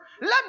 Let